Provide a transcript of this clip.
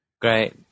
Great